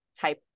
type